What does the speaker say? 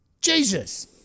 Jesus